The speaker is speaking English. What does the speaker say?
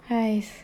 !hais!